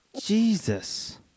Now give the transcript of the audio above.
Jesus